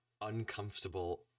uncomfortable